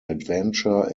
adventure